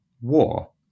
war